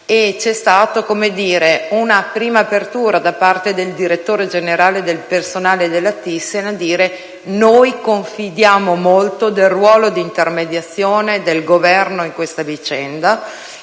Vi è stata una prima apertura da parte del direttore generale del personale della Thyssen, a dire: noi confidiamo molto nel ruolo di intermediazione del Governo in questa vicenda